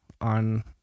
on